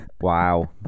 wow